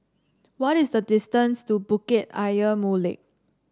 what is the distance to Bukit Ayer Molek